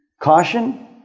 Caution